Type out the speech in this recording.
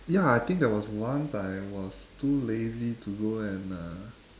ya I think there was once I was too lazy to go and uh